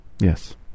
Yes